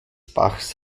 bachs